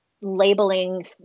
labeling